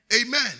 Amen